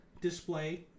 display